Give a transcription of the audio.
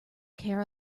care